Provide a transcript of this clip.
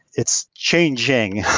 it's changing.